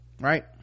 right